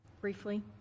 Briefly